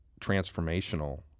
transformational